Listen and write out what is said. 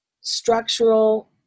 structural